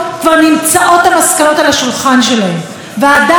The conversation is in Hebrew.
ועדה בין-משרדית הוקמה בשנת 2014,